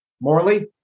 Morley